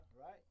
right